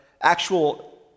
actual